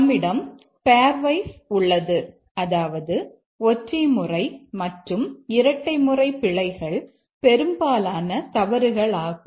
நம்மிடம் பெயர்வைஸ் உள்ளது அதாவது ஒற்றை முறை மற்றும் இரட்டை முறை பிழைகள் பெரும்பாலான தவறுகளாகும்